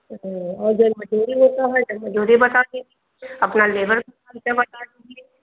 और जवन मजूरी लेते हैं वो मजूरी बता दीजिए अपना लेबर का खर्चा बता दीजिए